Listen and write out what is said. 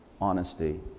honesty